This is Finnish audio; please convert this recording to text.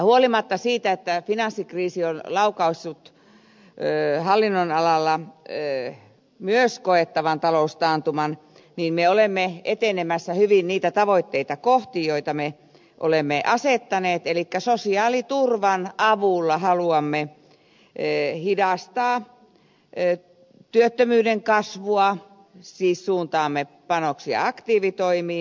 huolimatta siitä että finanssikriisi on laukaissut hallinnon alalla myös koettavan taloustaantuman me olemme etenemässä hyvin niitä tavoitteita kohti joita me olemme asettaneet elikkä sosiaaliturvan avulla haluamme hidastaa työttömyyden kasvua siis suuntaamme panoksia aktiivitoimiin